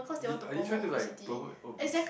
did are you trying to like promote obesity